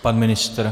Pan ministr?